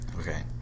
Okay